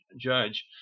judge